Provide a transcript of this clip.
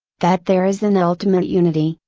that there is an ultimate unity,